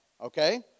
Okay